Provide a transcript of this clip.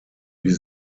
wie